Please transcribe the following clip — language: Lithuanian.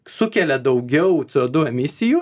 sukelia daugiau c o du misijų